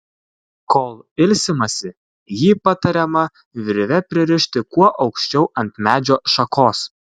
kol ilsimasi jį patariama virve pririšti kuo aukščiau ant medžio šakos